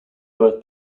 both